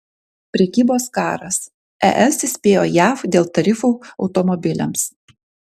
prekybos karas es įspėjo jav dėl tarifų automobiliams